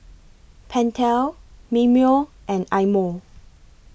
Pentel Mimeo and Eye Mo